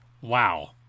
Wow